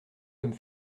comme